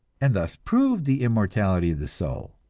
and thus proved the immortality of the soul.